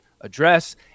address